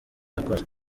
yakoze